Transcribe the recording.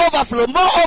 overflow